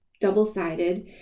double-sided